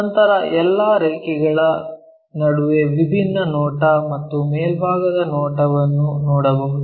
ನಂತರ ಎಲ್ಲಾ ರೇಖೆಗಳ ನಡುವೆ ವಿಭಿನ್ನ ನೋಟ ಮತ್ತು ಮೇಲ್ಭಾಗದ ನೋಟವನ್ನು ನೋಡಬಹುದು